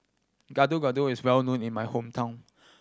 Gado Gado is well known in my hometown